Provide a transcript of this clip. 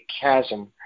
chasm